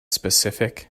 specific